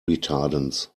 retardants